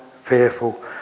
fearful